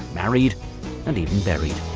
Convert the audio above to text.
married and even buried.